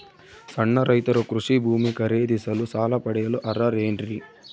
ಸಣ್ಣ ರೈತರು ಕೃಷಿ ಭೂಮಿ ಖರೇದಿಸಲು ಸಾಲ ಪಡೆಯಲು ಅರ್ಹರೇನ್ರಿ?